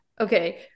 okay